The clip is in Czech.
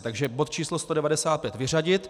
Takže bod číslo 195 vyřadit.